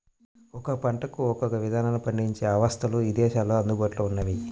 ఒక్కో పంటకు ఒక్కో ఇదానంలో పండించే అవస్థలు ఇదేశాల్లో అందుబాటులో ఉన్నయ్యి